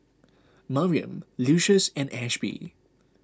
Mariam Lucius and Ashby